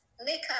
Makeup